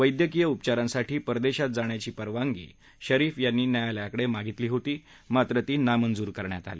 वैद्यकीय उपचारांसाठी परदेशात जाण्याची परवानगी शरीफ यांनी न्यायालयाकडे मागितली होती मात्र ती नामंजूर करण्यात आली